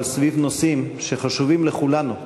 אבל סביב נושאים שחשובים לכולנו,